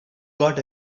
got